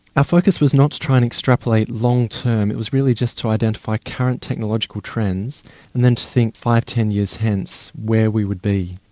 our focus was not to try and extrapolate long-term, it was really just to identify current technological trends and then to think five, ten years hence where we would be.